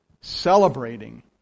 celebrating